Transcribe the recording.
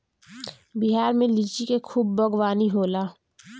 बिहार में लिची के खूब बागवानी होला